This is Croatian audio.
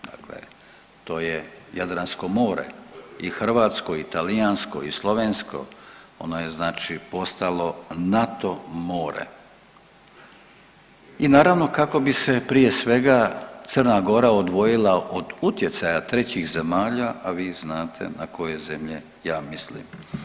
Dakle, to je Jadransko more i hrvatsko i talijansko i slovensko ono je znači postalo NATO more i naravno kako bi se prije svega Crna Gora odvojila od utjecaja trećih zemalja, a vi znate na koje zemlje ja mislim.